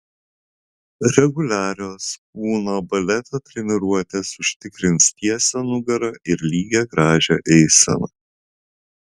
reguliarios kūno baleto treniruotės užtikrins tiesią nugarą ir lygią gražią eiseną